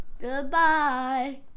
Goodbye